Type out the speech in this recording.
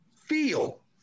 Feel